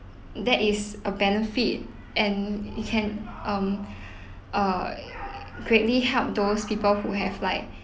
that is a benefit and it can um err greatly help those people who have like